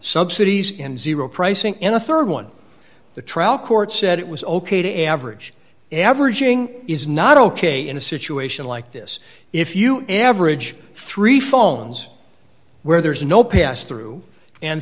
subsidies in zero pricing and a rd one the trial court said it was ok to average averaging is not ok in a situation like this if you average three phones where there is no pass through and